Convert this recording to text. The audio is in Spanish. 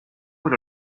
por